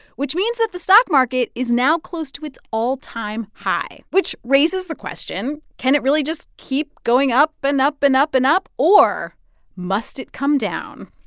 which means that the stock market is now close to its all-time high, which raises the question, can it really just keep going up and up and up and up, or must it come down?